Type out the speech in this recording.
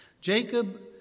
Jacob